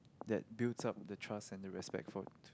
that builds up the trust and the respect for it